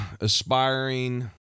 aspiring